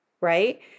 right